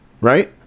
Right